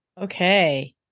okay